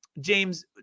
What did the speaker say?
James